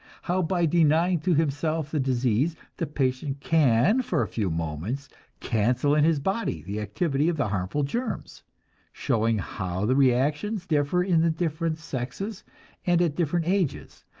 how by denying to himself the disease the patient can for a few moments cancel in his body the activity of the harmful germs showing how the reactions differ in the different sexes and at different ages,